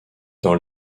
dans